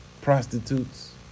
prostitutes